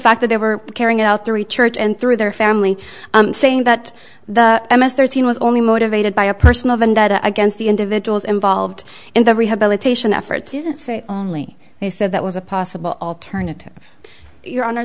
fact that they were carrying out three church and through their family saying that the thirteen was only motivated by a personal vendetta against the individuals involved in the rehabilitation effort didn't say only they said that was a possible alternative your honor